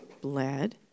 bled